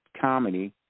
comedy